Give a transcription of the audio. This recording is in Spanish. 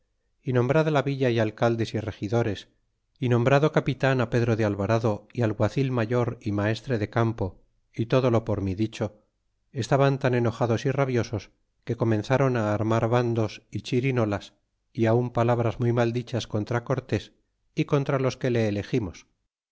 y nombrada la villa y alcaldes y regidores y nombrado capitan pedro de alvarado y alguacil mayor y maestre de campo y todo lo por mi dicho estaban tan enojados y rabiosos que comenzron armar vandos é chirinolas y aun palabras muy mal dichas contra cortés y contra los que le elegimos